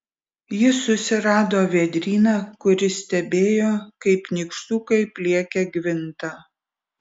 jis susirado vėdryną kuris stebėjo kaip nykštukai pliekia gvintą